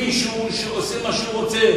יש לך מישהו שעושה מה שהוא רוצה.